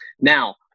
now